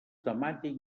temàtic